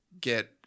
get